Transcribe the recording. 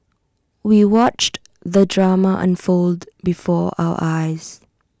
we watched the drama unfold before our eyes